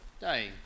day